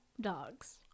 dogs